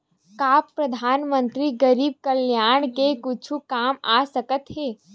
का परधानमंतरी गरीब कल्याण के कुछु काम आ सकत हे